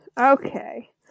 Okay